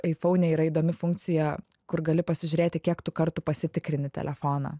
aifone yra įdomi funkcija kur gali pasižiūrėti kiek tu kartų pasitikrini telefoną